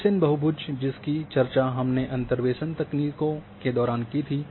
थिसेन बहुभुज जिसकी चर्चा हमने अंतर्वेसन तकनीकों के दौरान की थी